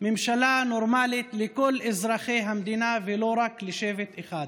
ממשלה נורמלית לכל אזרחי המדינה ולא רק לשבט אחד.